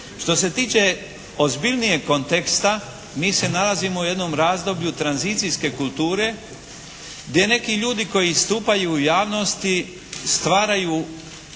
Što se tiče ozbiljnijeg konteksta mi se nalazimo u jednom razdoblju tranzicijske kulture gdje neki ljudi koji istupaju u javnosti stvaraju